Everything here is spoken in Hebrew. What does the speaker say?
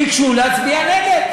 ביקשו להצביע נגד.